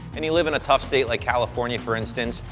and you live in a tough state like california, for instance,